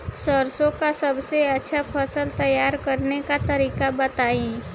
सरसों का सबसे अच्छा फसल तैयार करने का तरीका बताई